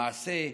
למעשה,